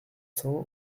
cents